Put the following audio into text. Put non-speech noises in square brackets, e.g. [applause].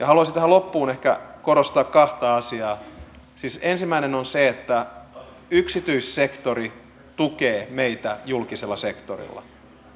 [unintelligible] haluaisin tähän loppuun ehkä korostaa kahta asiaa ensimmäinen on se että yksityissektori tukee meitä julkisella sektorilla